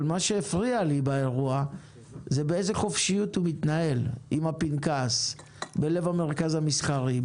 מה שהפריע לי זה באיזו חופשיות הוא מתנהל עם הפנקס בלב המרכז המסחרי.